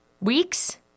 Weeks